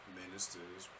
ministers